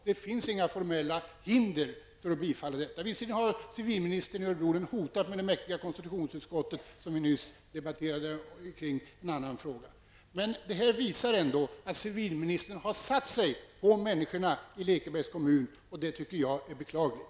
Det finns inga formella hinder för att bifalla denna fråga. Visserligen har civilministern i Örebro län hotat med det mäktiga konstitutionsutskottet -- vi debatterade nyss en annan fråga när det gäller konstitutionsutskottet. Men detta visar att civilministern har satt sig på människorna i Lekebergs kommun. Det tycker jag är beklagligt.